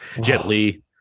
Gently